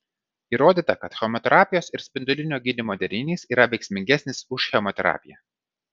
įrodyta kad chemoterapijos ir spindulinio gydymo derinys yra veiksmingesnis už chemoterapiją